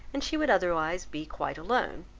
and she would otherwise be quite alone,